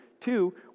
two